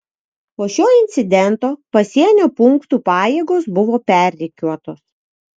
po šio incidento pasienio punktų pajėgos buvo perrikiuotos